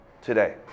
today